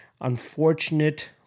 unfortunate